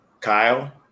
Kyle